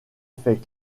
fait